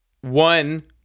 One